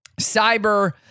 Cyber